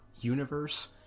universe